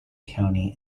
county